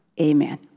Amen